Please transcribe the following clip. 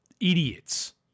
idiots